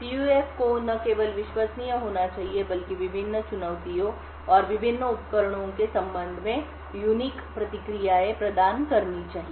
PUF को न केवल विश्वसनीय होना चाहिए बल्कि विभिन्न चुनौतियों और विभिन्न उपकरणों के संबंध में अद्वितीय प्रतिक्रियाएं प्रदान करनी चाहिए